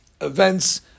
events